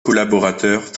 collaborateurs